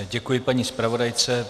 Děkuji paní zpravodajce.